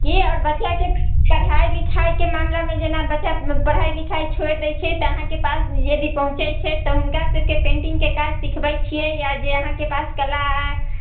कि आओर बच्चाके पढ़ाइ लिखाइके मामिलामे जेना बच्चा पढ़ाइ लिखाइ छोड़ि दै छै तऽ अहाँके पास यदि पहुँचै छै तऽ हुनका सभके पेन्टिंगके काज सिखबै छियै या जे अहाँके पास कला